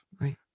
Right